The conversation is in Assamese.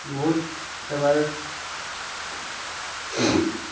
বহুত এবাৰ